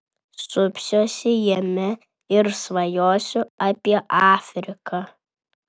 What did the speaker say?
supsiuosi jame ir svajosiu apie afriką